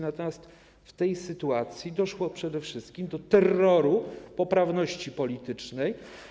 Natomiast w tej sytuacji doszło przede wszystkim do terroru poprawności politycznej.